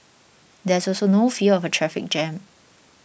there's also no fear of a traffic jam